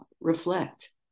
reflect